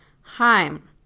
heim